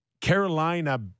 Carolina